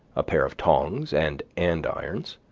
a pair of tongs and andirons,